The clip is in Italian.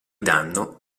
danno